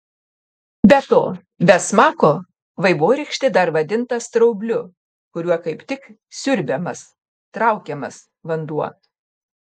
be to be smako vaivorykštė dar vadinta straubliu kuriuo kaip tik siurbiamas traukiamas vanduo